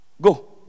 Go